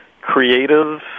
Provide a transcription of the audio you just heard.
creative